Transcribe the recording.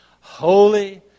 Holy